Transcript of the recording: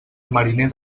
mariner